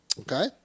Okay